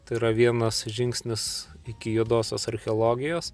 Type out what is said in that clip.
tai yra vienas žingsnis iki juodosios archeologijos